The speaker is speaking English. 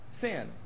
sin